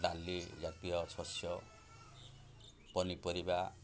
ଡାଲି ଜାତୀୟ ଶସ୍ୟ ପନିପରିବା